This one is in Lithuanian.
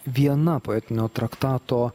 viena poetinio traktato